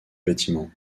bâtiment